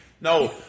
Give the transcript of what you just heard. No